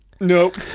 Nope